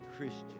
Christian